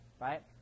right